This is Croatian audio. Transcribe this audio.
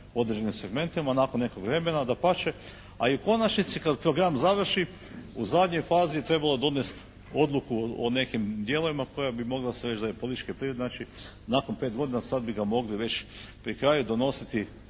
određene segmente nakon nekog vremena, dapače. A i u konačnici kad program završi u zadnjoj fazi trebalo je donesti odluku o nekim dijelovima koja bi mogla se reći da je političke prirode. Znači nakon 5 godina sad bi ga mogli već pri kraju donositi